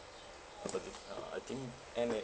but it uh I think M_A_S